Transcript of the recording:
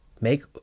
make